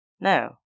No